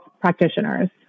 practitioners